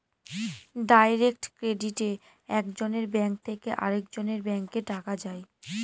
direct ক্রেডিটে এক জনের ব্যাঙ্ক থেকে আরেকজনের ব্যাঙ্কে টাকা যায়